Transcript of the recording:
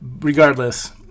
Regardless